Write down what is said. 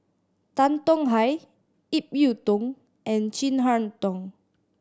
Tan Tong Hye Ip Yiu Tung and Chin Harn Tong